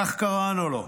כך קראנו לו,